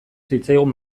zitzaigun